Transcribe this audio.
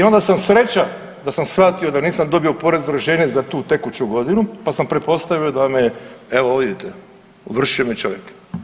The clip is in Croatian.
I onda sam, sreća, da sam shvatio da nisam dobio porezno rješenje za tu tekuću godinu pa sam pretpostavio da me, evo vidite, ovršio me čovjek.